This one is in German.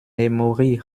memory